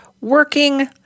working